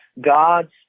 God's